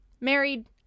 married